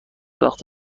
وقت